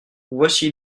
voici